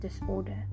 disorder